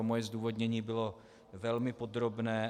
Moje zdůvodnění bylo velmi podrobné.